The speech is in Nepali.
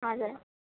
हजुर